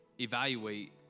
evaluate